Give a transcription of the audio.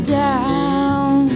down